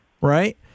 right